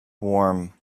warm